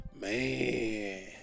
Man